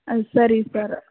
ಆಯ್ತು ಸರಿ ಸರ್